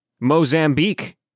Mozambique